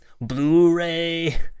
Blu-ray